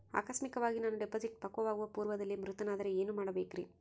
ಆಕಸ್ಮಿಕವಾಗಿ ನಾನು ಡಿಪಾಸಿಟ್ ಪಕ್ವವಾಗುವ ಪೂರ್ವದಲ್ಲಿಯೇ ಮೃತನಾದರೆ ಏನು ಮಾಡಬೇಕ್ರಿ?